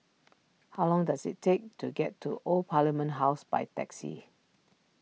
how long does it take to get to Old Parliament House by taxi